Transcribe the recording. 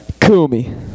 Kumi